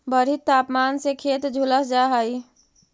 बढ़ित तापमान से खेत झुलस जा हई